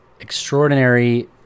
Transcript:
extraordinary